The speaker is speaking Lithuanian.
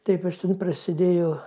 taip aš ten prasidėjo